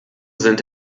sind